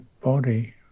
body